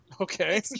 Okay